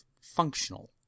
functional